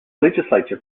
legislature